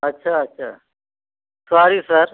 अच्छा अच्छा sorry sir